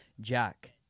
Jack